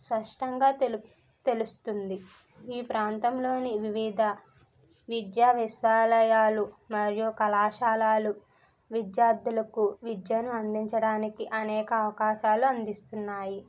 స్పష్టంగా తెలుపు తెలుస్తుంది ఈ ప్రాంతంలోని వివిధ విద్యా విశ్వాలయాలు మరియు కళాశాలలు విద్యార్థులకు విద్యను అందించడానికి అనేక అవకాశాలు అందిస్తున్నాయి